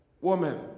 woman